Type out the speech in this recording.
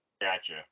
Gotcha